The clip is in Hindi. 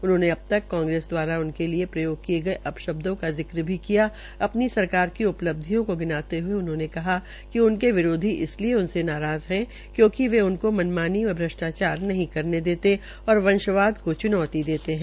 उन्होंने अबतक कांग्रेस दवारा उनके लिये प्रयोग किये अपशब्दों का जिक्र भी किया अपनी सरकार की उपलब्धियों को गिनाते हये उन्होंने कहा कि उनके विरोधी इसलिये नाराज़ है क्योकि वे उनको मनमानी व श्रष्टाचार नहीं करते देते और वंश्वाद को च्नौती देते है